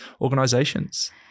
organisations